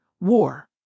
war